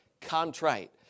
contrite